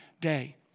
day